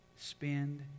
Spend